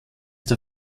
der